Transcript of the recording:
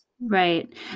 Right